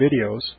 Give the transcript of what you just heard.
videos